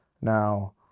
Now